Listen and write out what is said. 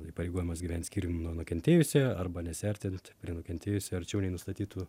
įpareigojimas gyvent skyrium nuo nukentėjusiojo arba nesiartinti prie nukentėjusiojo arčiau nei nustatytu